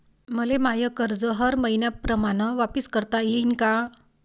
मले माय कर्ज हर मईन्याप्रमाणं वापिस करता येईन का?